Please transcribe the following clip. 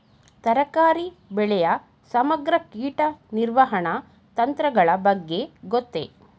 ತರಕಾರಿ ಬೆಳೆಯ ಸಮಗ್ರ ಕೀಟ ನಿರ್ವಹಣಾ ತಂತ್ರಗಳ ಬಗ್ಗೆ ಗೊತ್ತೇ?